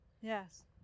Yes